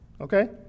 Okay